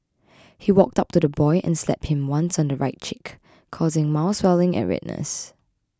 he walked up to the boy and slapped him once on the right cheek causing mild swelling and redness